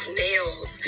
nails